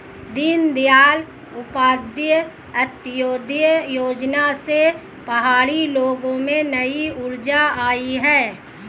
दीनदयाल उपाध्याय अंत्योदय योजना से पहाड़ी लोगों में नई ऊर्जा आई है